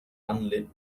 unlit